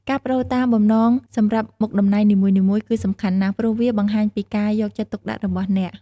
ការប្ដូរតាមបំណងសម្រាប់មុខតំណែងនីមួយៗគឺសំខាន់ណាស់ ព្រោះវាបង្ហាញពីការយកចិត្តទុកដាក់របស់អ្នក។